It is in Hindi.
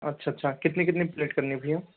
अच्छा अच्छा कितनी कितनी प्लेट करनी है भैया